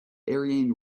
ariane